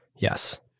Yes